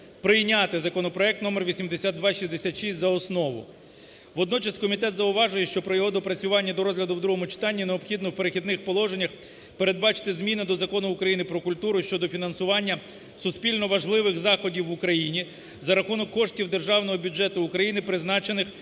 прийняти законопроект № 8266 за основу. Водночас комітет зауважує, що при його доопрацюванні до розгляду в другому читанні необхідно у перехідних положеннях передбачити зміни до Закону України "Про культуру" щодо фінансування суспільно важливих заходів в Україні за рахунок коштів державного бюджету України, призначених